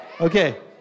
Okay